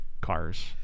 Cars